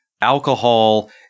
alcohol